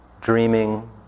Dreaming